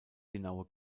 genaue